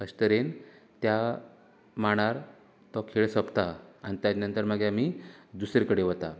अशें तरेन त्या मांडार तो खेळ सोंपता आनी ताच्या नंतर मागीर आमी दुसरें कडेन वता